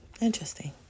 Interesting